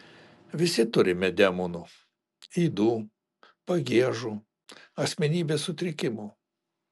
visi turime demonų ydų pagiežų asmenybės sutrikimų